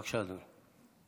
בבקשה, אדוני.